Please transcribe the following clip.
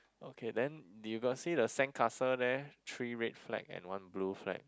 okay then did you got see the sandcastle there three red flag and one blue flag